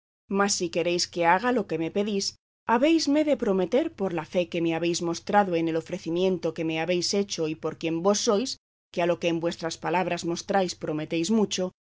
mas si queréis que haga lo que me pedís habéisme de prometer por la fe que me habéis mostrado en el ofrecimiento que me habéis hecho y por quien vos sois que a lo que en vuestras